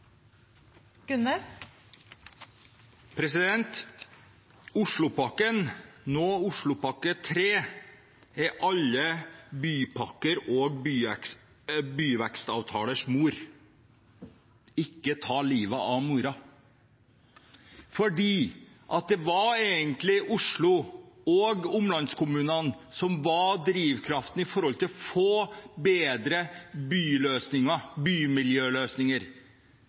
alle bypakkers og byvekstavtalers mor – ikke ta livet av moren. Det var egentlig Oslo og omlandskommunene som var drivkraften for å få bedre bymiljøløsninger.